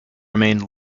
remained